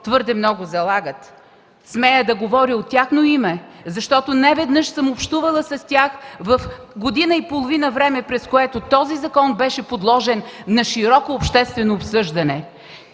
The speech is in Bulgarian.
твърде много залагат. Смея да говоря и от тяхно име, защото неведнъж съм общувала с тях за годината и половина време, през което този закон беше подложен на широко обществено обсъждане.